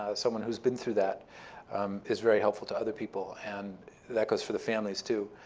someone who's been through that is very helpful to other people, and that goes for the families too,